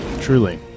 Truly